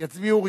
יצביעו.